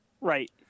Right